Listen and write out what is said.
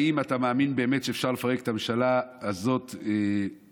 האם אתה מאמין באמת שאפשר לפרק את הממשלה הזאת כרגע?